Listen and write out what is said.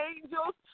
angels